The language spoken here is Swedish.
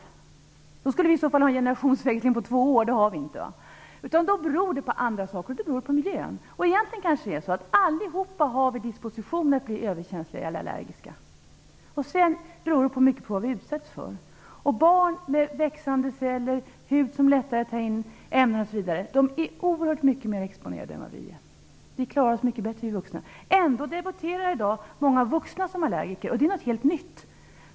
I så fall skulle vi ha en generationsväxling på två år, och det har vi inte. Det beror på andra saker. Det beror på miljön. Det kanske egentligen är så att vi alla har disposition att bli överkänsliga eller allergiska, och sedan beror det mycket på vad vi utsätts för. Barn med sina växande celler, sin hud som lättare tar in ämnen osv. är oerhört mycket mera exponerade än vad vi vuxna är. Vi vuxna klarar oss mycket bättre. Trots det debuterar i dag många vuxna som allergiker, och det är en helt ny kunskap.